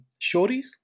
Shorties